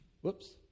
Whoops